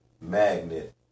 Magnet